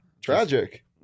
Tragic